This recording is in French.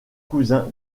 cousin